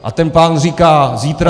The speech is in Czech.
A ten pán říká, zítra